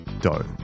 dough